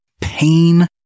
Pain